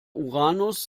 uranus